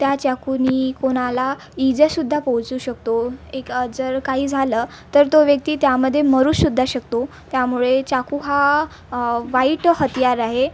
त्या चाकूनी कोणाला इजासुद्धा पोहचू शकतो एका जर काही झालं तर तो व्यक्ती त्यामध्ये मरू सुद्धा शकतो त्यामुळे चाकू हा वाईट हतियार आहे